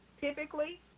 typically